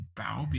bow